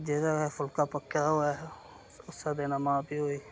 जेह्दे फुल्का पक्के दा होऐ उस्सै देना मां प्यौ गी